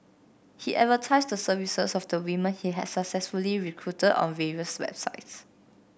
he advertised the services of the women he had successfully recruited on various websites